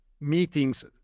meetings